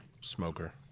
smoker